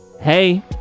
hey